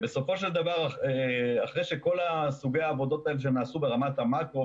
בסופו של דבר אחרי שכל סוגי העבודות האלה שנעשו ברמת המקרו,